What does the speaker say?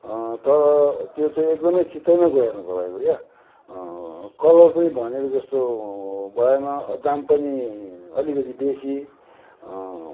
तर त्यो चाहिँ एकदमै चित्तमै गएन तपाईँको क्या कलर पनि भनेको जस्तो भएन दाम पनि अलिकति बेसी